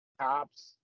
Cops